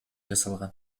жасалган